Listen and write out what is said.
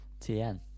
TN